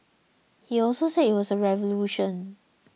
he also said it was a revolution